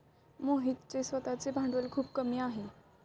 मोहितचे स्वतःचे भांडवल खूप कमी आहे